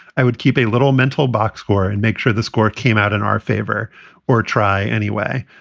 i would keep a little mental box score and make sure the score came out in our favor or try anyway.